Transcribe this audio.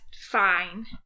fine